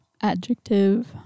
Adjective